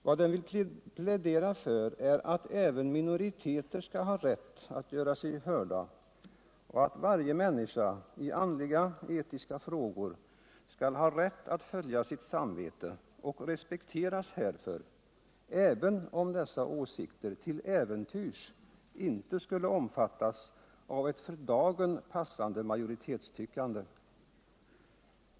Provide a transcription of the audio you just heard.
Vad den vill plädera för är att även minoriteter skall ha rätt att göra sig hörda och att varje människa i andliga-etiska frågor skall ha rätt att följa sitt samvete — och respekteras härför — även om dessa åsikter ull äventyrs inte skulle omfattas av ett för dagen passande majoritetstyckande.